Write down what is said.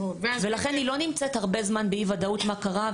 ולכן היא לא נמצאת הרבה זמן באי-ודאות מה קרה,